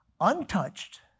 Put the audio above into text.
untouched